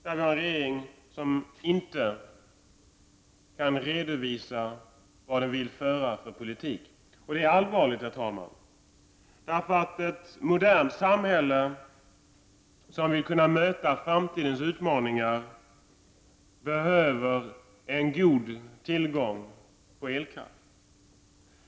Vi har en regering som inte kan redovisa vilken politik den vill föra. Det är allvarligt, herr talman. Ett modernt samhälle som vill kunna möta framtidens utmaningar behöver en god tillgång på elkraft.